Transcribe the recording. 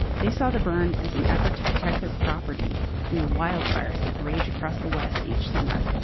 they saw the burn as an effort to protect their property from the wildfires that rage across the west each summer.